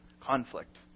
conflict